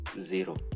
Zero